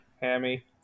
Hammy